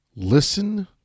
Listen